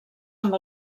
amb